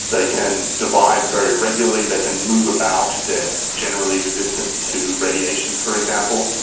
they can divide very regularly, they can move about, they are generally resistant to radiation, for example.